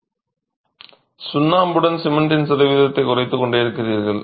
நீங்கள் சுண்ணாம்புடன் சிமெண்டின் சதவீதத்தை குறைத்துக்கொண்டே இருக்கிறீர்கள்